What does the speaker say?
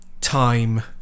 time